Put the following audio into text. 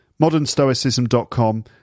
modernstoicism.com